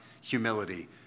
humility